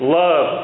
love